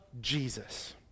Jesus